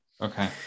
okay